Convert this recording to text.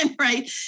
right